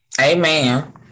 Amen